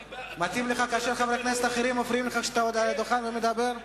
מתאים לך שחברי כנסת אחרים מפריעים לך כאשר אתה על הדוכן ומדבר?